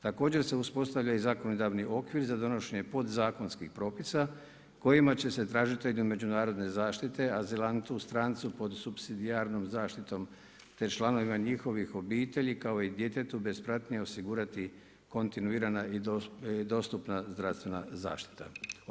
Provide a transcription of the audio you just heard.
Također se uspostavlja i zakonodavni okvir za donošenje podzakonskih propisa kojima će se tražitelju međunarodne zaštite, azilantu strancu pod supsidijarnom zaštitom, te članovima njihovih obitelji kao i djetetu bez pratnje osigurati kontinuirana i dostupna zdravstvena zaštita.